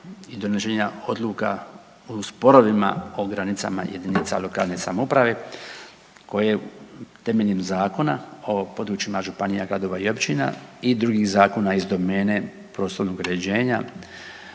i donošenje odluka u sporovima o granicama JLS koje temeljem Zakona o područjima županija, gradova i općina i drugih zakona iz domene prostornog uređenja